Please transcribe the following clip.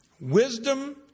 Wisdom